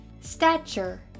Stature